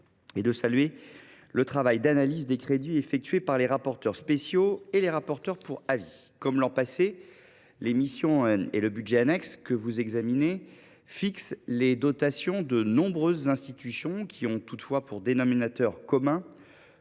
et de saluer le travail d’analyse des crédits effectué par les rapporteurs spéciaux et par les rapporteurs pour avis. Comme l’an passé, les missions et le budget annexe que vous examinez fixent les dotations de nombreuses institutions, qui ont toutefois pour dénominateur commun